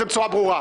בשום פנים